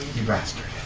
you bastard.